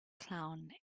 clown